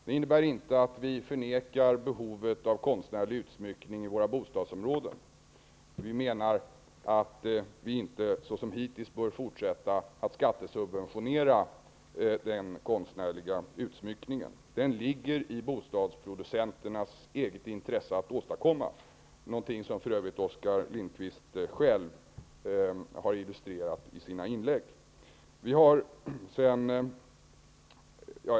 Det innebär inte att vi förnekar behovet av konstnärlig utsmyckning i våra bostadsområden. Vi menar att vi inte såsom hittills bör fortsätta att skattesubventionera den konstnärliga utsmyckningen. Det ligger i bostadsproducenternas eget intresse att åstadkomma en sådan, något som för övrigt Oskar Lindkvist själv har illustrerat i sina inlägg.